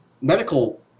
medical